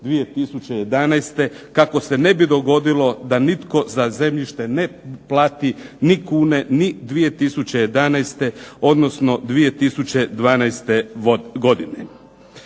1.6.2011. kako se ne bi dogodilo da nitko za zemljište ne plati ni kune ni 2011., odnosno 2012. godine.